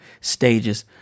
stages